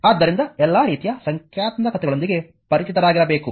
ಆದ್ದರಿಂದ ಎಲ್ಲಾ ರೀತಿಯ ಸಂಖ್ಯಾತ್ಮಕತೆಗಳೊಂದಿಗೆ ಪರಿಚಿತರಾಗಿರಬೇಕು